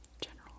general